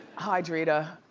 hi drita.